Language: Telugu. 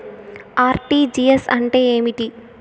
ఆర్.టి.జి.ఎస్ అంటే ఏమి?